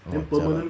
oh jialat